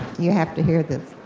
you have to hear this.